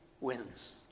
wins